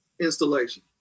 installation